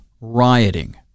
rioting